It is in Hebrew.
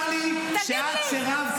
צר לי שאת סירבת --- תגיד לי,